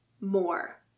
more